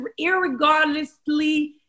irregardlessly